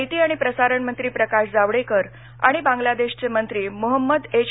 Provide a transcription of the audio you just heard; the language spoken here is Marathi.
माहिती आणि प्रसारण मंत्री प्रकाश जावडेकर आणि बांग्लादेशचे मंत्री मुहम्मद एच